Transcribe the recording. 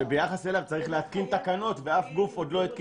שביחס אליו צריך להתקין תקנות ואף גוף עוד לא התקין